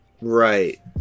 right